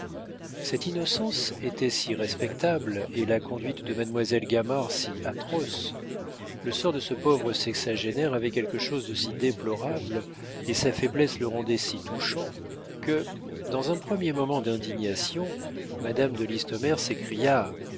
cette innocence était si respectable et la conduite de mademoiselle gamard si atroce le sort de ce pauvre sexagénaire avait quelque chose de si déplorable et sa faiblesse le rendait si touchant que dans un premier moment d'indignation madame de listomère s'écria